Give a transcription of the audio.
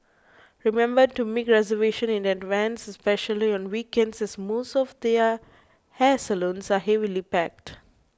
remember to make reservation in advance especially on weekends as most of the uh hair salons are heavily packed